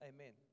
Amen